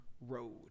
road